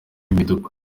impinduka